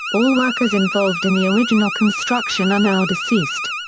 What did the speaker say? all workers involved in the original construction are now deceased.